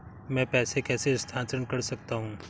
मैं पैसे कैसे स्थानांतरण कर सकता हूँ?